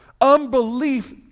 Unbelief